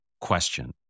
question